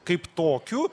kaip tokiu